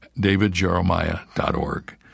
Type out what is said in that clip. davidjeremiah.org